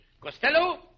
Costello